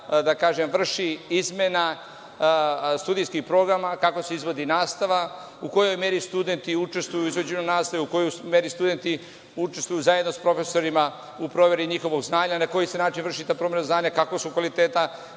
da kažem, vrši izmena studijskih programa, kako se izvodi nastava, u kojoj meri studenti učestvuju, izađu na nastavu, u kojoj meri studenti učestvuju zajedno sa profesorima u proveri njihovog znanja, na koji se način vrši ta promena znanja. Kakvog su kvaliteta